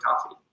coffee